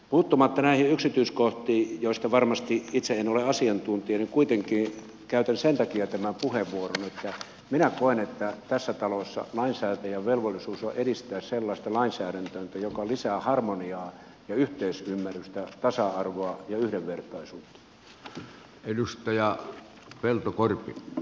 puuttumatta näihin yksityiskohtiin joiden asiantuntija varmasti itse en ole kuitenkin käytän sen takia tämän puheenvuoron että minä koen että tässä talossa lainsäätäjän velvollisuus on edistää sellaista lainsäädäntöä joka lisää harmoniaa ja yhteisymmärrystä tasa arvoa ja yhdenvertaisuutta